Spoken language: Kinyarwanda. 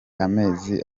amezi